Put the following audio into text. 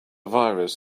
virus